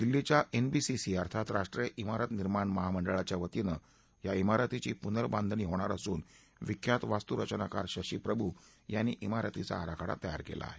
दिल्लीच्या एनबीसीसी अर्थात राष्ट्रीय िरत निर्माण महामंडळाच्यावतीनं िवारतीची पुनर्बांधणी होणार असून विख्यात वास्तू रचनाकार शशी प्रभू यांनी िवारतीचा आराखडा तयार केला आहे